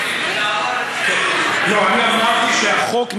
אני אמרתי שהחוק,